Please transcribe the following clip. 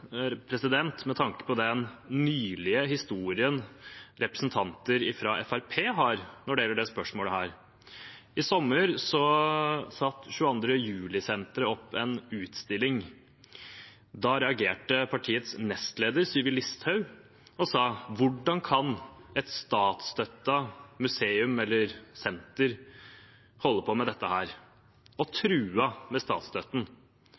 med tanke på den nylige historien representanter fra Fremskrittspartiet har når det gjelder dette spørsmålet. I sommer hadde 22. juli-senteret en utstilling. Da reagerte partiets nestleder Sylvi Listhaug. Hun sa: Hvordan kan et statsstøttet senter holde på med dette? Og hun truet med statsstøtten.